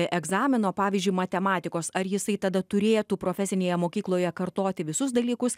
egzamino pavyzdžiui matematikos ar jisai tada turėtų profesinėje mokykloje kartoti visus dalykus